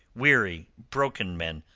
weary, broken men,